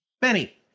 Benny